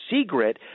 secret –